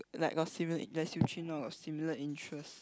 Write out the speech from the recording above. like got similar like Xui-Jun orh got similar interest